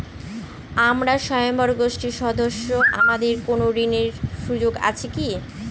আমরা স্বয়ম্ভর গোষ্ঠীর সদস্য আমাদের কোন ঋণের সুযোগ আছে কি?